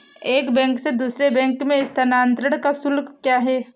एक बैंक से दूसरे बैंक में स्थानांतरण का शुल्क क्या है?